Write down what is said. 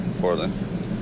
Portland